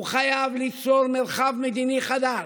הוא חייב ליצור מרחב מדיני חדש.